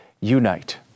unite